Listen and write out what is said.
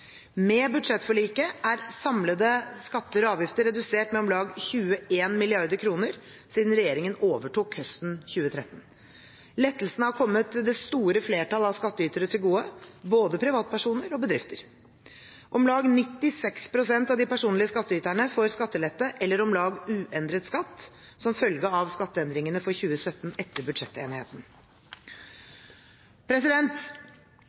Med budsjettforliket er samlede skatter og avgifter redusert med om lag 21 mrd. kr siden regjeringen overtok høsten 2013. Lettelsene har kommet det store flertall av skattytere til gode, både privatpersoner og bedrifter. Om lag 96 pst. av de personlige skattyterne får skattelette eller om lag uendret skatt som følge av skatteendringene for 2017 etter